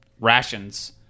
rations